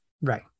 Right